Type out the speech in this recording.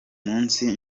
munsi